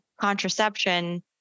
contraception